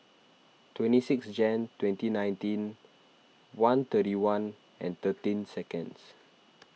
twenty six Jan twenty nineteen one thirty one and thirteen seconds